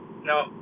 No